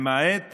למעט